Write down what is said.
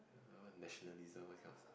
and all the nationalism I cannot